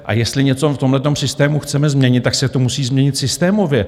A jestli něco v tomto systému chceme změnit, tak se to musí změnit systémově.